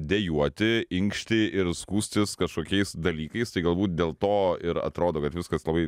dejuoti inkšti ir skųstis kažkokiais dalykais tai galbūt dėl to ir atrodo kad viskas labai